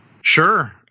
Sure